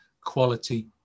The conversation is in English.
quality